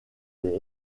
des